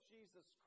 Jesus